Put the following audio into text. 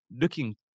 looking